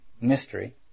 mystery